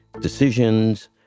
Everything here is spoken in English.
decisions